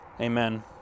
Amen